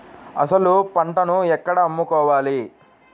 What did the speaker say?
అసలు పంటను ఎక్కడ అమ్ముకోవాలి?